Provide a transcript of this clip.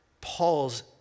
Paul's